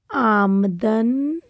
ਆਮਦਨ